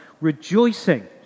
rejoicing